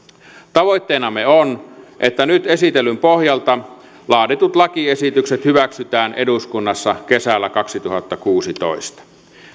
tavoitteenamme on että nyt esitellyn pohjalta laaditut lakiesitykset hyväksytään eduskunnassa kesällä kaksituhattakuusitoista